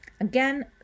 Again